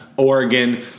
Oregon